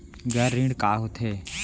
गैर ऋण का होथे?